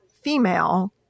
female